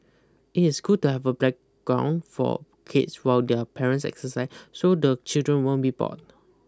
it is good to have a playground for kids while their parents exercise so the children won't be bored